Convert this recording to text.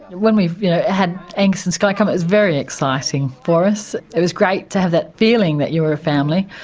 when we had angus and skye come, it was very exciting for us. it was great to have that feeling, that you were a family.